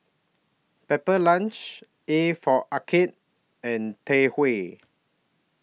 Pepper Lunch A For Arcade and Tai Hua